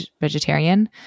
vegetarian